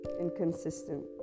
inconsistent